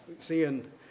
seeing